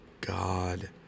God